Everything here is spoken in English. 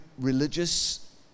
religious